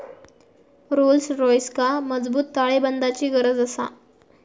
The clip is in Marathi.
रोल्स रॉइसका मजबूत ताळेबंदाची गरज आसा